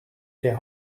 der